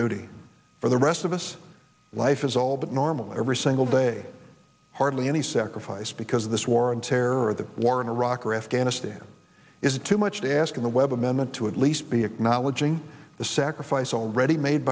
duty for the rest of us life is all that normal every single day hardly any sacrifice because of this war on terror the war in iraq or afghanistan is too much to ask the webb amendment to at least be acknowledging the sacrifice already made